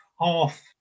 half